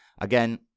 Again